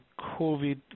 COVID